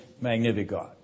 Magnificat